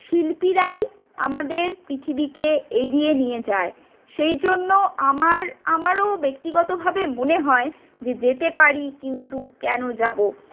শিল্পীরাই আমাদের পৃথিবীকে এগিয়ে নিয়ে যায় সেই জন্য আমার আমারও ব্যক্তিগতভাবে মনে হয় যে যেতে পারি কিন্তু কেন যাব